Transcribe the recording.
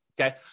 okay